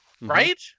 Right